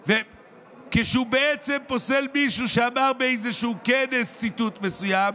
כשהוא בעצם פוסל מישהו שאמר באיזשהו כנס ציטוט מסוים,